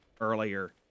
earlier